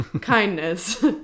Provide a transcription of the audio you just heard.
kindness